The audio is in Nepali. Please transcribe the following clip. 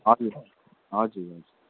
हजुर हजुर